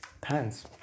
pants